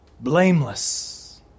blameless